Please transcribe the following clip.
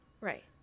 Right